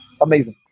amazing